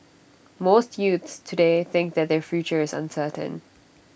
most youths today think that their future is uncertain